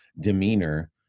demeanor